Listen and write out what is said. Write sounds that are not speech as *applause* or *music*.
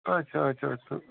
آچھا آچھا *unintelligible*